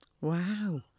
Wow